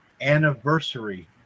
anniversary